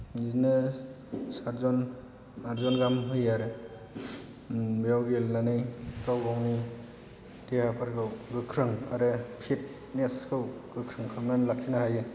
बिदिनो सातजन आदजन गाहाम होयो आरो बेयाव गेलेनानै गाव गावनि देहाफोरखौ गोख्रों आरो फिटनेसखौ गोख्रों खालामनानै लाखिनो हायो